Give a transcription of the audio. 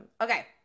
Okay